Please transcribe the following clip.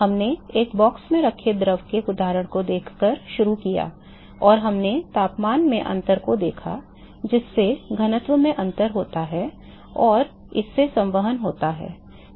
हमने एक बॉक्स में रखे द्रव के उदाहरण को देखकर शुरू किया और हमने तापमान में अंतर को देखा जिससे घनत्व में अंतर होता है और इससे संवहन होता है